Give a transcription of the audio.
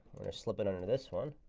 slip it under this one.